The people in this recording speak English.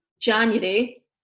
January